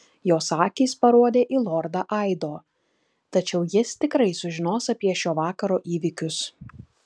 jos akys parodė į lordą aido tačiau jis tikrai sužinos apie šio vakaro įvykius